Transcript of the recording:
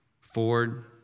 Ford